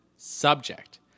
subject